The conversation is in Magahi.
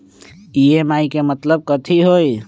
ई.एम.आई के मतलब कथी होई?